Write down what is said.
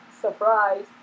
Surprise